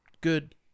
good